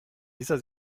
dieser